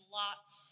lots